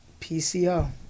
PCO